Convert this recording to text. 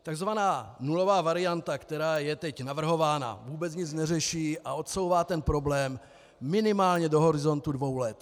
Takzvaná nulová varianta, která je teď navrhována, vůbec nic neřeší a odsouvá ten problém minimálně do horizontu dvou let.